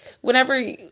whenever